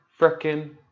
freaking